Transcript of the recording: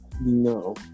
No